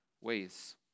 ways